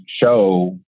show